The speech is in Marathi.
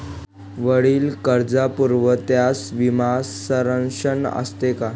वरील कर्जपुरवठ्यास विमा संरक्षण असते का?